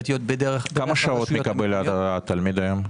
-- כמה שעות מקבל תלמיד היום?